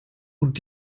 und